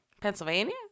Pennsylvania